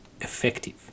effective